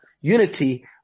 unity